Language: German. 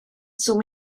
zum